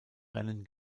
rennen